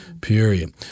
period